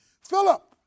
Philip